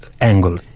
angle